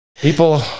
People